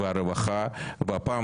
מה,